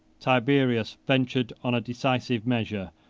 tiberius ventured on a decisive measure,